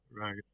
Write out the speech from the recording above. Right